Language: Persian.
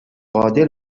قادر